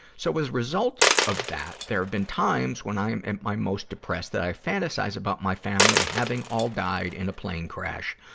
so, as a result of that, there have been times when i am at my most depressed that i fantasized about my family having all died in a plane crash,